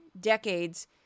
decades